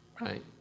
Right